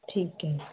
ਠੀਕ ਹੈ